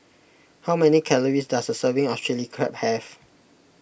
how many calories does a serving of Chili Crab have